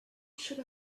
should